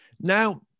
Now